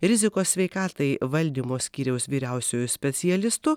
rizikos sveikatai valdymo skyriaus vyriausiuoju specialistu